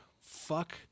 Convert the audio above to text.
fuck